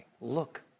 Look